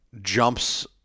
jumps